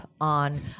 on